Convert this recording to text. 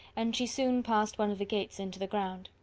and she soon passed one of the gates into the ground.